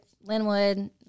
Linwood